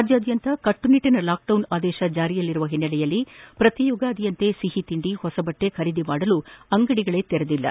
ರಾಜ್ಯಾದ್ಯಂತ ಕಟ್ಟನಿಟ್ಟನ ಲಾಕ್ಡೌನ್ ಆದೇಶ ಜಾರಿಯಲ್ಲಿರುವ ಹಿನ್ನೆಲೆಯಲ್ಲಿ ಪ್ರತಿ ಯುಗಾದಿಯಂತೆ ಸಿಹಿ ತಿಂಡಿ ಹೊಸ ಬಟ್ಟೆ ಖರೀದಿಸಲು ಅಂಗಡಿಗಳೇ ತೆರೆದಿಲ್ಲ